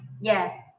Yes